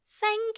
Thank